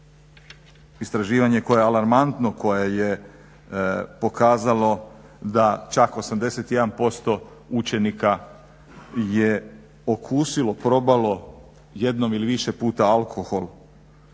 istraživanje koje je alarmantno, koje je pokazalo da čak 81% učenika je okusilo, probalo jednom ili više puta alkohol,